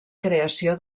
creació